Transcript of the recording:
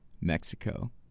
Mexico